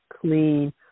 clean